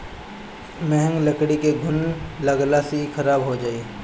महँग लकड़ी में घुन लगला से इ खराब हो जाई